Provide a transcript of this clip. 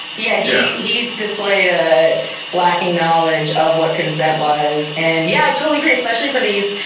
yeah. yeah. he displayed a lacking knowledge of what consent was and yeah, i totally agree, especially for these